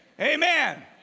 Amen